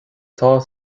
atá